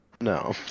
No